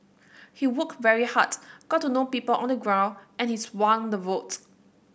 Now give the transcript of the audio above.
he worked very hard got to know people on the ground and he swung the vote